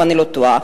אם אני לא טועה.